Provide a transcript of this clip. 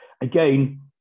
again